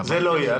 זה לא יהיה.